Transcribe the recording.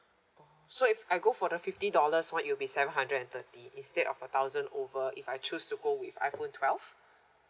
oh so if I go for the fifty dollars one it will be seven hundred and thirty instead of a thousand over if I choose to go with iphone twelve